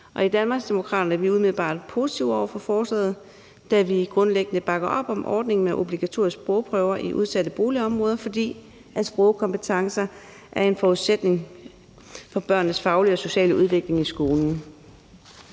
I Danmarksdemokraterne er vi umiddelbart positive over for forslaget, da vi grundlæggende bakker op om ordningen med obligatoriske sprogprøver i udsatte boligområder, fordi sprogkompetencer er en forudsætning for børnenes faglige og sociale udvikling i skolen.